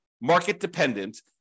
market-dependent